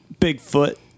Bigfoot